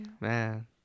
Man